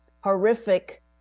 horrific